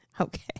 okay